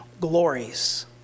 glories